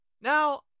Now